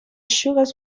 sugars